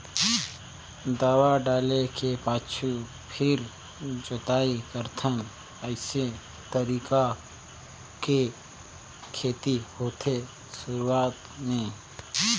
दवा डाले के पाछू फेर जोताई करथन अइसे तरीका के खेती होथे शुरूआत में